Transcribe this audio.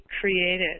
created